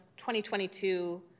2022